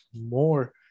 more